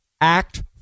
act